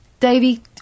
Davy